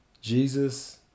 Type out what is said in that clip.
Jesus